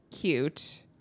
cute